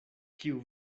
kiu